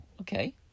Okay